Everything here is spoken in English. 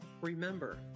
Remember